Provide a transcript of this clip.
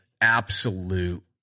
absolute